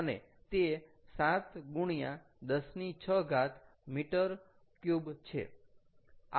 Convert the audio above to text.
અને તે 7 x 106 m3 છે